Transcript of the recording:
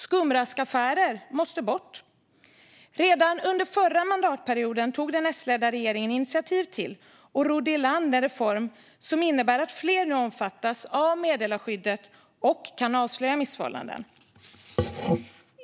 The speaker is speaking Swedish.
Skumraskaffärer måste bort. Redan under förra mandatperioden tog den S-ledda regeringen initiativ till, och rodde i land, en reform som innebär att fler nu omfattas av meddelarskyddet och kan avslöja missförhållanden.